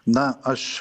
na aš